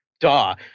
duh